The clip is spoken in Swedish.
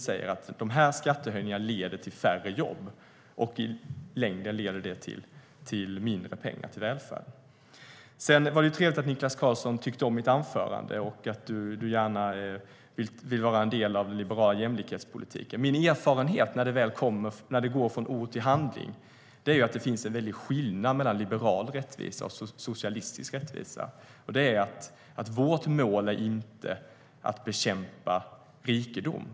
De säger att skattehöjningarna leder till färre jobb. I längden leder det till mindre pengar till välfärden. Det var ju trevligt att Niklas Karlsson tyckte om mitt anförande och att du gärna vill vara en del av den liberala jämlikhetspolitiken. Min erfarenhet är att när det går från ord till handling finns det en väldig skillnad mellan liberal rättvisa och socialistisk rättvisa. Vårt mål är inte att bekämpa rikedom.